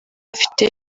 afite